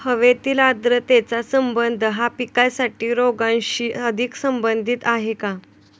हवेतील आर्द्रतेचा संबंध हा पिकातील रोगांशी अधिक संबंधित आहे का?